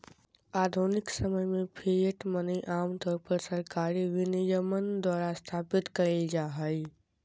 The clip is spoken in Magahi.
आधुनिक समय में फिएट मनी आमतौर पर सरकारी विनियमन द्वारा स्थापित कइल जा हइ